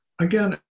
again